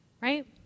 right